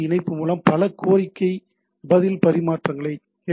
இணைப்பு மூலம் பல கோரிக்கை பதில் பரிமாற்றங்களை ஹெச்